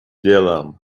делом